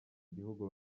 igihugu